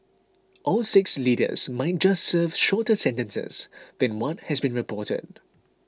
all six leaders might just serve shorter sentences than what has been reported